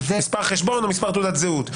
מספר חשבון או מספר תעודת זהות.